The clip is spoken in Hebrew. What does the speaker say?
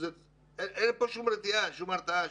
אין כאן שום הרתעה.